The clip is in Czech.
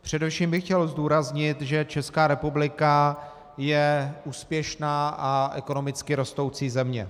Především bych chtěl zdůraznit, že Česká republika je úspěšná a ekonomicky rostoucí země.